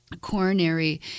coronary